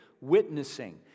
witnessing